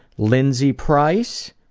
lindsey price,